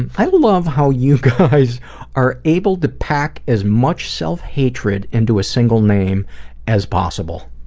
and i love how you guys are able to pack as much self hatred into a single name as possible.